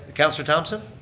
councilor thomson?